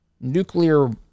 nuclear